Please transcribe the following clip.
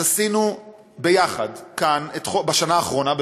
אז עשינו ביחד כאן בשנה האחרונה,